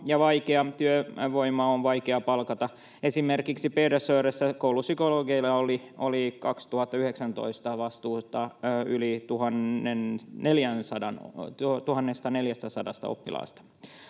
Työvoimaa on vaikea palkata. Esimerkiksi Pedersöressä koulupsykologeilla oli 2019 vastuullaan yli 1 400 oppilasta.